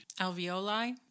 Alveoli